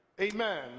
Amen